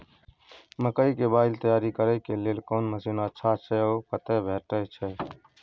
मकई के बाईल तैयारी करे के लेल कोन मसीन अच्छा छै ओ कतय भेटय छै